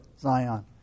Zion